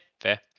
fair